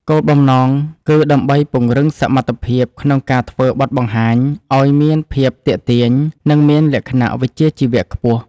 គោលបំណងគឺដើម្បីពង្រឹងសមត្ថភាពក្នុងការធ្វើបទបង្ហាញ ឱ្យមានភាពទាក់ទាញ និងមានលក្ខណៈវិជ្ជាជីវៈខ្ពស់។